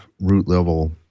root-level